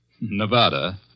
Nevada